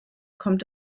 kommt